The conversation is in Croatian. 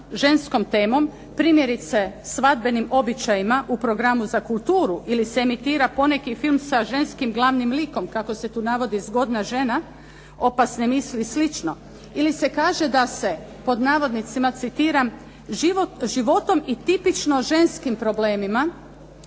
ženskom temom, primjerice svadbenim običajima u programu za kulturu ili se emitira poneki film sa ženskim glavnim likom kako se tu navodi "Zgodna žena", "Opasne misli" i slično, ili se kaže da se, citiram: "životom i tipično ženskim problemima,